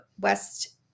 West